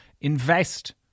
invest